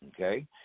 Okay